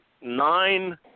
nine